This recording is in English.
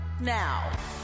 now